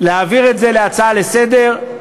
להעביר את זה להצעה לסדר-היום,